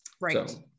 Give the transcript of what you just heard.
Right